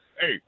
hey